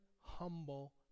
humble